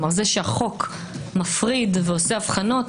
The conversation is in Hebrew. זה שהחוק מפריד ועושה הבחנות,